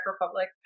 Republic